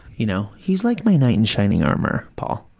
you know, he's like my knight in shining armor, paul.